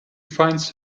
finds